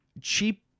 cheap